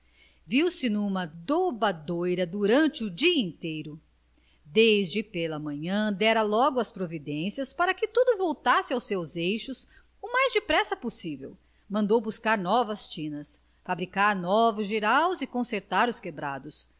gêneros viu-se numa dobadoura durante o dia inteiro desde pela manhã dera logo as providências para que tudo voltasse aos seus eixos o mais depressa possível mandou buscar novas tinas fabricar novos jiraus e consertar os quebrados